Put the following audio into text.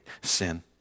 sin